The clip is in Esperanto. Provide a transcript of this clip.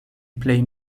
plej